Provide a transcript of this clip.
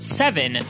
seven